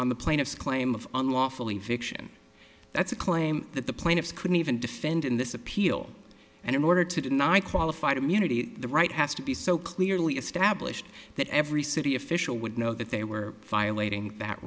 on the plaintiff's claim of unlawfully fiction that's a claim that the plaintiffs couldn't even defend in this appeal and in order to deny qualified immunity the right has to be so clearly established that every city official would know that they were violating